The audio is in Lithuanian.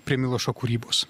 prie milošo kūrybos